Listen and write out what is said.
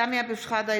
סמי אבו שחאדה,